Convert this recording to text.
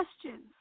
questions